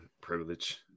privilege